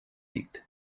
liegt